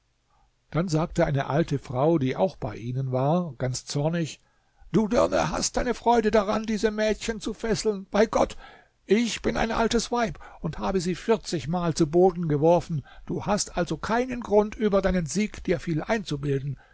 dann sagte eine alte frau die auch bei ihnen war ganz zornig du dirne hast deine freude daran diese mädchen zu fesseln bei gott ich bin ein altes weib und habe sie vierzigmal zu boden geworfen du hast also keinen grund über deinen sieg dir viel einzubilden